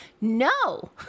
No